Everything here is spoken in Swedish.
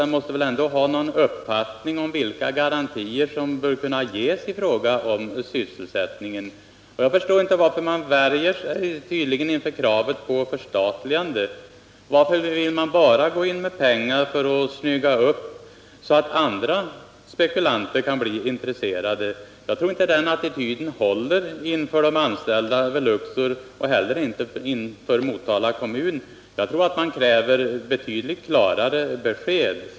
Den måste väl ändå ha någon uppfattning om vilka garantier som bör kunna ges i fråga om sysselsättningen. Man värjer sig tydligen inför kravet på förstatligande. Varför vill man bara gå in med pengar för att snygga upp, så att andra spekulanter kan bli intresserade? Jag tror inte att den attityden håller inför de anställda vid Luxor och inte heller inför Motala kommun. Jag tror att det krävs betydligt klarare besked.